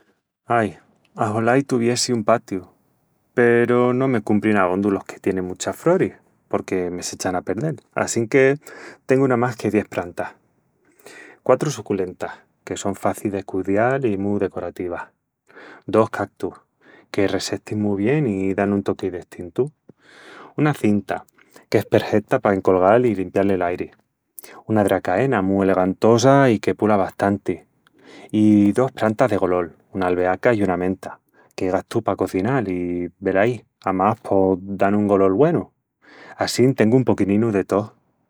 Ai, axolá i tuviessi un patiu... peru no me cumprin abondu los que tienin muchas froris porque me s'echan a perdel, assinque tengu namás que dies prantas: quatru suculentas, que son facis de cudial i mu decorativas; dos cactus, que ressestin mu bien i dan un toqui destintu; una cinta, qu'es perheta pa encolgal i limpial el airi; una dracaena, mu elegantosa i que pula bastanti; i dos prantas de golol, una albeaca i una menta,, que gastu pa cozinal i, velaí, amás pos dan un golol güenu. Assín tengu un poquininu de tó.